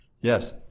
yes